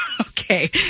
Okay